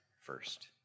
first